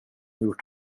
gjort